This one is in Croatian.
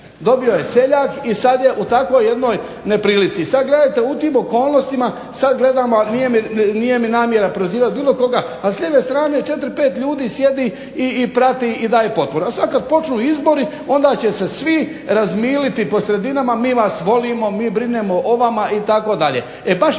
Dobio je seljak i sad je u takvoj jednoj neprilici. I sad gledajte, u tim okolnostima sad gledamo nije mi namjera prozivati bilo koga ali s lijeve strane 4, 5 ljudi sjedi i prati i daje potporu. A sad kad počnu izbori onda će se svi razmiliti po sredinama mi vas volimo, mi brinemo o vama itd.